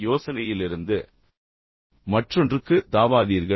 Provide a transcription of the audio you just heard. ஒரு யோசனையிலிருந்து மற்றொன்றுக்கு தாவாதீர்கள்